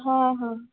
ହଁ ହଁ